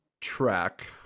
track